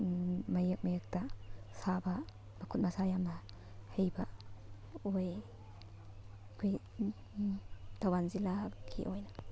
ꯃꯌꯦꯛ ꯃꯌꯦꯛꯇ ꯁꯥꯕ ꯃꯈꯨꯠ ꯃꯁꯥ ꯌꯥꯝꯅ ꯍꯩꯕ ꯑꯣꯏ ꯑꯩꯈꯣꯏ ꯊꯧꯕꯥꯜ ꯖꯤꯂꯥꯒꯤ ꯑꯣꯏꯅ